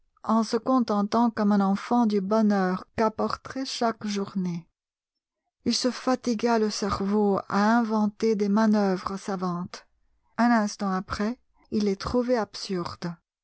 en se contentant comme un enfant du bonheur qu'apporterait chaque journée il se fatigua le cerveau à inventer des manoeuvres savantes un instant après il les trouvait absurdes